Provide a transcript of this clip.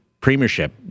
premiership